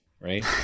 right